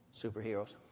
Superheroes